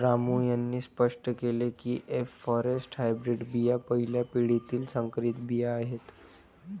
रामू यांनी स्पष्ट केले की एफ फॉरेस्ट हायब्रीड बिया पहिल्या पिढीतील संकरित बिया आहेत